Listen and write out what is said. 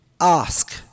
ask